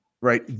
right